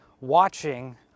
watching